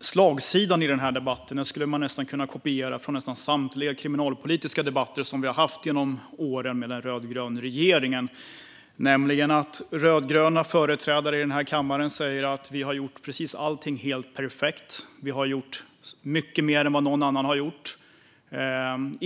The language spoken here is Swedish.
Slagsidan i denna debatt skulle man nästan kunna kopiera från nästan samtliga kriminalpolitiska debatter som vi har haft genom åren med den rödgröna regeringen. Rödgröna företrädare i denna kammare säger: Vi har gjort precis allting helt perfekt. Vi har gjort mycket mer än vad någon annan har gjort.